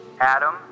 Adam